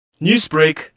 Newsbreak